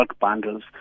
bundles